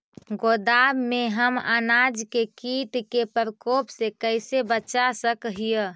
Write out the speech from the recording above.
गोदाम में हम अनाज के किट के प्रकोप से कैसे बचा सक हिय?